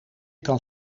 kan